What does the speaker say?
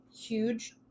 huge